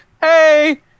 hey